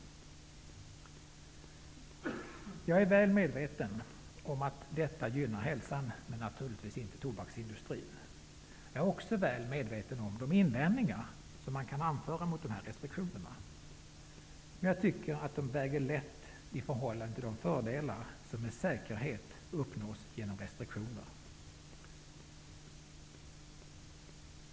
Jag är väl medveten om att detta gynnar hälsan, men självfallet inte tobaksindustrin. Jag är också väl medveten om de invändningar som man kan anföra mot de här restriktionerna. Men jag tycker att de väger lätt i förhållande till de fördelar som med säkerhet uppnås genom restriktioner.